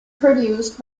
produced